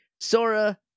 Sora